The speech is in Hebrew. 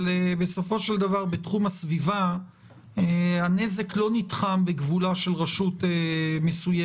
אבל בסופו של דבר בתחום הסביבה הנזק לא נתחם בגבולה של רשות מסוימת,